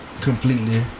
completely